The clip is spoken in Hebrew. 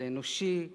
זה אנושי,